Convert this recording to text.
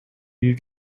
you